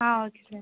ah okay sir